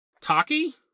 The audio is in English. Taki